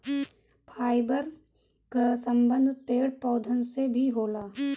fibre कअ संबंध पेड़ पौधन से भी होला